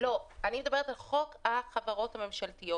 לא, אני מדברת על חוק החברות הממשלתיות.